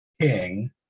king